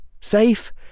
safe